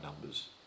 numbers